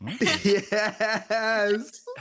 yes